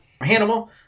Hannibal